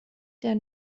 der